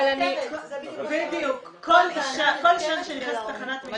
אבל אני --- כל אישה שנכנסת לתחנת משטרה --- אבל